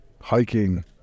hiking